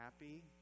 Happy